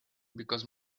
because